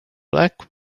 black